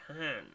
hand